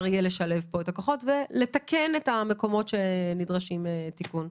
יהיה לשלב את הכוחות ולתקן את המקומות שנדרשים תיקון.